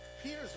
Peter's